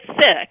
sick